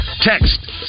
Text